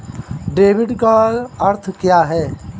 Debit का अर्थ क्या है?